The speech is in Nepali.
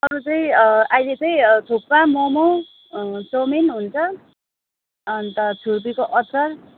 अरू चाहिँ अहिले चाहिँ थुक्पा मोमो चाउमिन हुन्छ अन्त छुर्पीको अचार